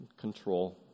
control